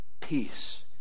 peace